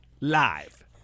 live